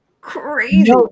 crazy